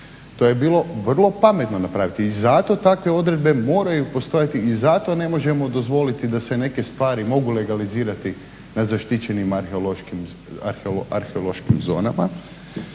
To je bilo vrlo pametno napraviti i zato takve odredbe moraju postojati i zato ne možemo dozvoliti da se neke stvari mogu legalizirati nad zaštićenim arheološkim zonama.